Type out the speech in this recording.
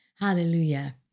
Hallelujah